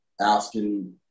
asking